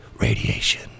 Radiation